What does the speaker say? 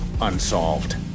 unsolved